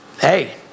hey